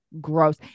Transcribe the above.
gross